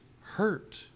hurt